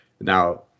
Now